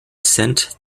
sent